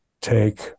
take